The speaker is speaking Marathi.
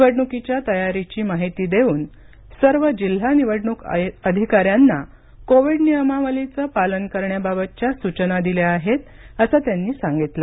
निवडणुकीच्या तयारीची माहिती देऊन सर्व जिल्हा निवडणूक अधिकाऱ्यांना कोविड नियमावलीचं पालन करण्याबाबतच्या सूचना दिल्या आहेत असं त्यांनी सांगितलं